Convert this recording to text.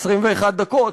21 דקות,